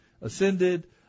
ascended